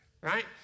right